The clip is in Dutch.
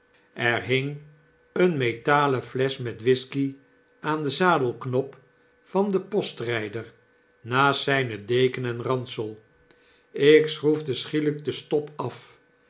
er hing eene metalen flesch met whisky aan den zadelknop van den postryder naast zijne deken en ransel ik schroefde schielyk de stop af